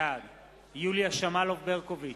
בעד יוליה שמאלוב-ברקוביץ,